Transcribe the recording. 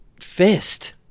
fist